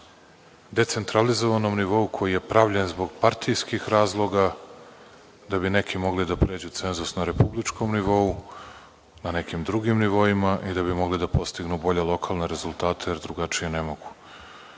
decentralizovanom nivou, koji je pravljen zbog partijskih razloga da bi neki mogli da pređu cenzus na republičkom nivou, na nekim drugim nivoima i da bi mogli da postignu bolje lokalne rezultate, jer drugačije ne mogu.